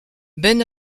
ben